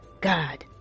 God